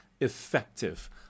effective